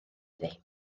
iddi